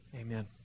Amen